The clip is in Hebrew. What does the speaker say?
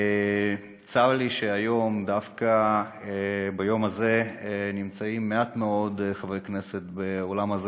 צר לי שדווקא ביום הזה נמצאים מעט מאוד חברי כנסת באולם.